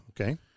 okay